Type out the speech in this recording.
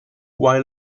while